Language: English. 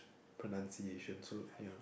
pronunciation so you know